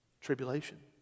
Tribulation